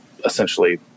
essentially